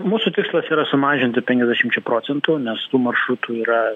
mūsų tikslas yra sumažinti penkiasdešimčia procentų nes tų maršrutų yra